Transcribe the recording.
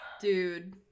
Dude